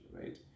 right